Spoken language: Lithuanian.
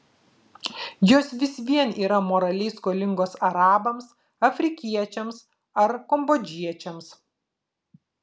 jos vis vien yra moraliai skolingos arabams afrikiečiams ar kambodžiečiams